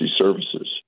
Services